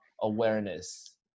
awareness